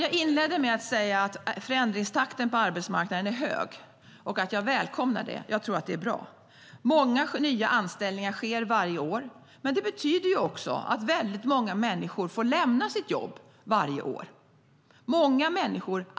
Jag inledde med att säga att förändringstakten på arbetsmarknaden är hög och att jag välkomnar det. Jag tror att det är bra. Många nya anställningar sker varje år, men det betyder också att väldigt många människor får lämna sitt jobb varje år.